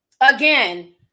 again